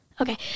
okay